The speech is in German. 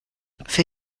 für